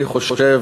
אני חושב